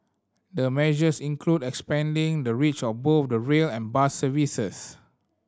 the measures include expanding the reach of both the rail and bus services